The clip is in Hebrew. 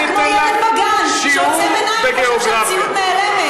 אתה כמו ילד בגן שעוצם עיניים וחושב שהמציאות נעלמת.